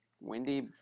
windy